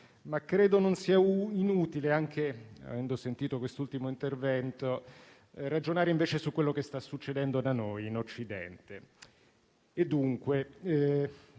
ma credo non sia inutile, anche avendo sentito quest'ultimo intervento, ragionare anche su quello che sta succedendo da noi, in Occidente. Dunque,